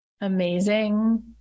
Amazing